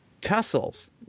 tussles